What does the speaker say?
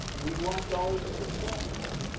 we weren't always successful,